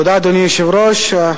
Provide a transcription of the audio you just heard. אדוני היושב-ראש,